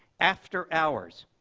after hours,